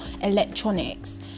electronics